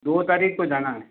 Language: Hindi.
दो तारीख को जाना है